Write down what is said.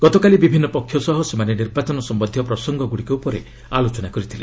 ଗତକାଲି ବିଭିନ୍ନ ପକ୍ଷ ସହ ସେମାନେ ନିର୍ବାଚନ ସମ୍ଭନ୍ଧୀୟ ପ୍ରସଙ୍ଗଗୁଡ଼ିକ ଉପରେ ଆଲୋଚନା କରିଥିଲେ